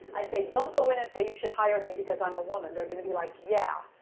i say, don't go in and say, you should hire me because i'm a woman. they're going to be like, yeah,